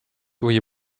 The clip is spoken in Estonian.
juhi